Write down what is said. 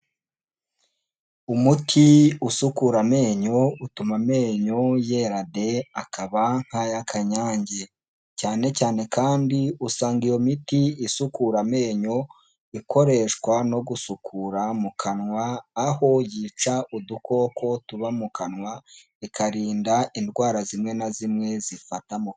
Umuti usukura amenyo, utuma amenyo yera de, akaba nk'ay'akanyange. Cyane cyane kandi usanga iyo miti isukura amenyo, ikoreshwa no gusukura mu kanwa, aho yica udukoko tuba mu kanwa, ikarinda indwara zimwe na zimwe zifatamo.